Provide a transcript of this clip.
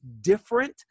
different